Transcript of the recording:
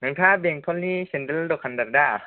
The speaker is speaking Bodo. नोंथाङा बेंथ'लनि सेन्देल दखानदार दा